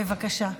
בבקשה.